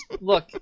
Look